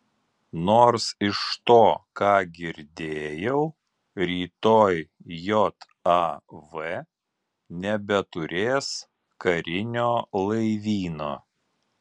nors iš to ką girdėjau rytoj jav nebeturės karinio laivyno